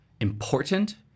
important